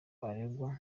aregwa